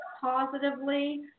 positively